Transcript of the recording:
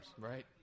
Right